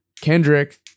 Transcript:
Kendrick